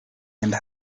and